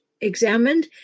examined